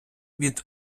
від